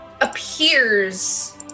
appears